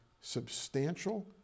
substantial